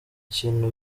ikintu